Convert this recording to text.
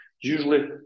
usually